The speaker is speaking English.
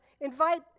invite